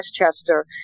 Westchester